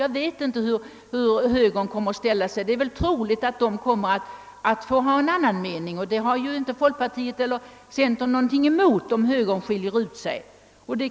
Jag vet inte hur högern kommer att ställa sig — det är väl troligt att den kommer att ha en annan mening, och folkpartiet och centerpartiet har ju ingenting emot om högern skiljer ut sig.